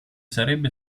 sarebbe